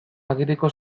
agiriko